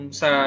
sa